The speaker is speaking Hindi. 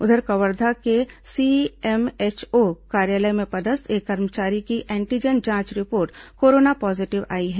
उधर कवर्धा के सीएमएचओ कार्यालय में पदस्थ एक कर्मचारी की एंटीजन जांच रिपोर्ट कोरोना पॉजीटिव आई है